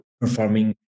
performing